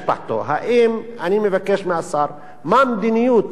אני מבקש מהשר, מה מדיניות המשרד שלך